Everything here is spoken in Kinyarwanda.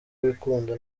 wikunda